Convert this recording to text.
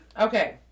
Okay